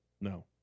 No